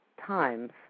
times